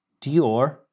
Dior